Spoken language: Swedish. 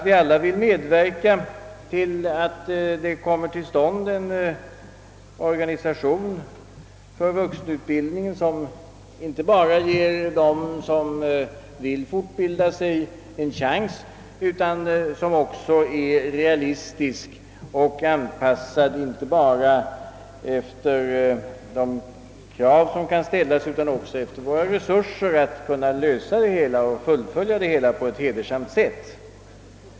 Vi vill alla medverka till att det för vuxenutbildningen skapas en organisation, vilken inte bara ger dem som vill fortbilda sig en chans utan vilken också är realistisk och anpassad efter våra resurser för att kunna lösa denna fråga och för att kunna fullfölja våra åtaganden på ett hedersamt sätt.